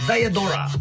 Diadora